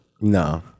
No